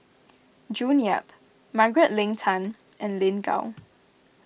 June Yap Margaret Leng Tan and Lin Gao